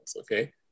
okay